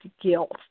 guilt